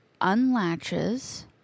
unlatches